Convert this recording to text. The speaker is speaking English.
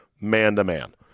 man-to-man